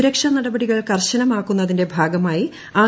സുരക്ഷാ നടപടികൾ കർശനമാക്കുന്നതിന്റെ ഭാഗമായി ആർ